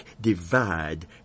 divide